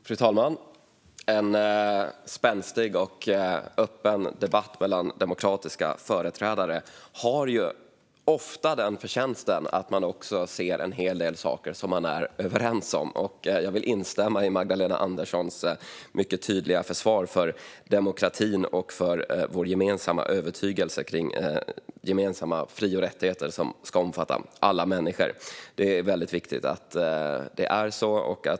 Fru talman! En spänstig och öppen debatt mellan demokratiska företrädare har ofta den förtjänsten att man också ser en hel del saker som man är överens om. Jag instämmer i Magdalena Anderssons mycket tydliga försvar av demokratin och i vår gemensamma övertygelse om att gemensamma fri och rättigheter ska omfatta alla människor. Det är väldigt viktigt.